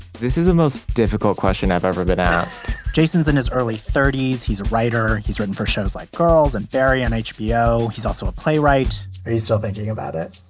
this is the most difficult question i've ever been asked jason's in his early thirties. he's a writer. he's written for shows like girls and barry on hbo. he's also a playwright are you still thinking about it?